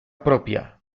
propia